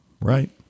right